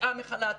יציאה מחל"ת,